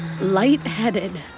lightheaded